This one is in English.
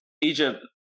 Egypt